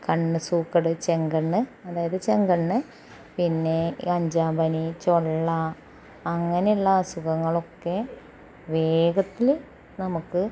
കണ്ണ് സൂക്കേട് ചെങ്കണ്ണ് അതായത് ചെങ്കണ്ണ് പിന്നേ ഈ അഞ്ചാം പനി ചൊള്ള അങ്ങനെയുള്ള അസുഖങ്ങളൊക്കെ വേഗത്തിൽ നമുക്ക്